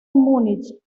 múnich